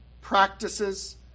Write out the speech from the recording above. practices